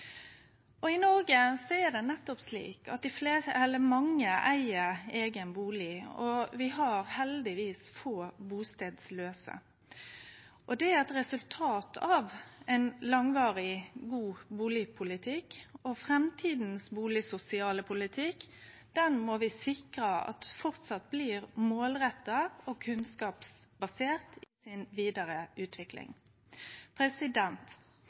I Noreg er det nettopp slik at mange eig sin eigen bustad, og vi har heldigvis få bustadlause. Det er eit resultat av ein langvarig, god bustadpolitikk, og vi må sikre at den bustadsosiale politikken i framtida framleis blir målretta og kunnskapsbasert i den vidare